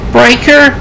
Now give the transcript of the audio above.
Breaker